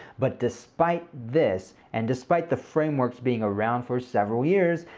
but despite this, and despite the frameworks being around for several years,